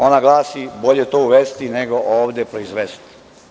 Ona glasi – bolje to uvesti nego ovde proizvesti.